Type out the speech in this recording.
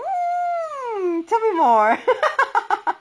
mm tell me more